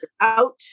out